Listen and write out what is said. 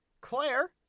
Claire